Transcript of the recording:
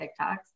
TikToks